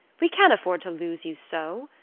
we can't afford to lose you so,